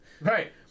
right